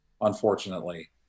Unfortunately